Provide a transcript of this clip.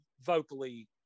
vocally